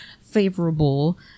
favorable